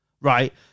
Right